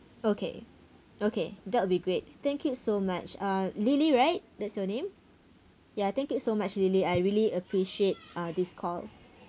okay okay that would be great thank you so much uh lily right that's your name ya thank you so much really I really appreciate uh this call